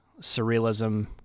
surrealism